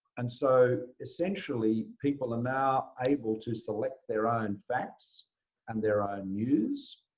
and so, essentially, people and now able to select their own facts and their own news.